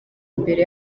imbere